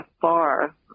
far